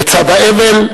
לצד האבל,